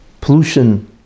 pollution